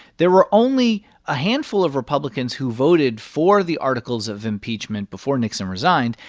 there were only a handful of republicans who voted for the articles of impeachment before nixon resigned,